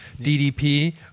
DDP